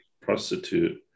prostitute